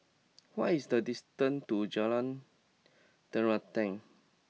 what is the distance to Jalan Terentang